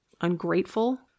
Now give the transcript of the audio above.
ungrateful